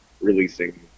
releasing